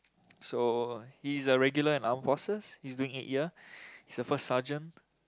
so he's a regular in armed forces he's doing eight year he's a first sergeant